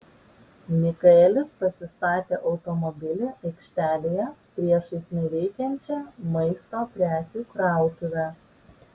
mikaelis pasistatė automobilį aikštelėje priešais neveikiančią maisto prekių krautuvę